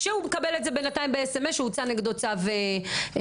כשהוא מקבל את זה בינתיים שהוצא נגדו צו הגנה.